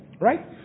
Right